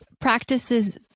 practices